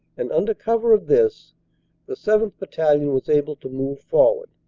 and under cover of this the seventh. battalion was able to move forward,